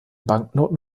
banknoten